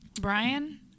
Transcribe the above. Brian